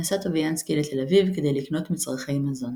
נסע טוביאנסקי לתל אביב כדי לקנות מצרכי מזון.